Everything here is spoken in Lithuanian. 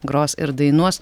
gros ir dainuos